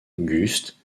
auguste